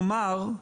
כלומר,